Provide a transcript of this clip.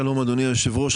שלום אדוני היושב ראש,